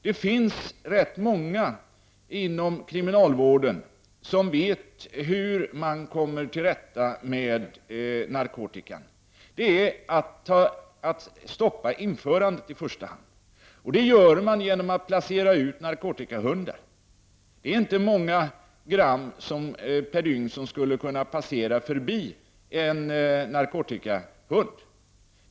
Det finns många inom kriminalvården som vet hur man kommer till rätta med narkotikan. Det är i första hand att stoppa införandet, och det kan man göra genom att placera ut narkotikahundar. Det är inte många gram som kan passera förbi en narkotikahund.